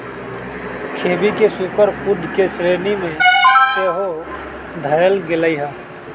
ख़ोबी के super food के श्रेणी में सेहो धयल गेलइ ह